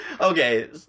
Okay